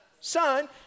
Son